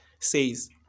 says